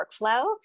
workflow